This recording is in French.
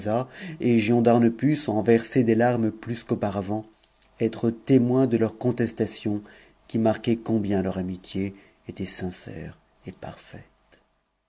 et giondar ne put sans verser des larmes plus qu'auparavant être témoin de leur contestation qui marquait combien leur amitié était sincère et parfaite